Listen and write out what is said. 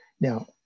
Now